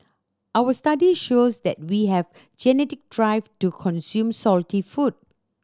our study shows that we have genetic drive to consume salty food